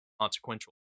consequential